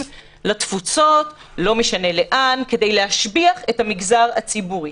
לתפוצות לא משנה לאן כדי להשביח את המגזר הציבורי.